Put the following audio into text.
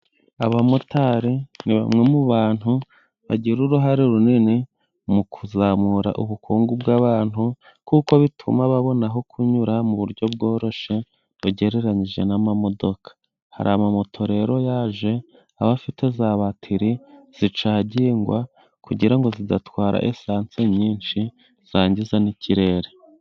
Abamotari ni bamwe mu bantu bagira uruhare runini mu kuzamura ubukungu bw'abantu, kuko bituma babona aho kunyura mu buryo bworoshye bugereranyije n'amamodoka. Hari amamoto rero yaje, aba afite za batiri zicagingwa, kugira ngo zidatwara esansi nyinshi, zangiza n'ikirere.